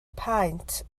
paent